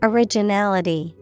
Originality